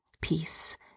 Peace